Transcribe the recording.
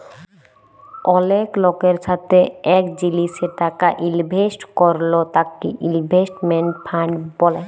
অলেক লকের সাথে এক জিলিসে টাকা ইলভেস্ট করল তাকে ইনভেস্টমেন্ট ফান্ড ব্যলে